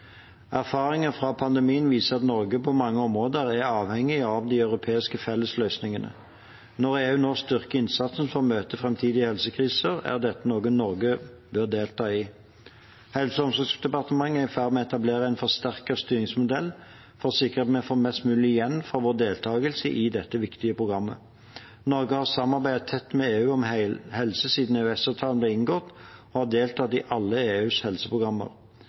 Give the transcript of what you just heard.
Erfaringer fra pandemien viser at Norge på mange områder er avhengig av de europeiske fellesløsningene. Når EU nå styrker innsatsen for å møte framtidige helsekriser, er dette noe Norge bør delta i. Helse- og omsorgsdepartementet er i ferd med å etablere en forsterket styringsmodell for å sikre at vi får mest mulig igjen for vår deltakelse i dette viktige programmet. Norge har samarbeidet tett med EU om helse siden EØS-avtalen ble inngått og har deltatt i alle EUs helseprogrammer.